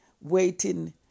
waiting